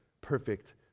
perfect